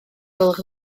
gwelwch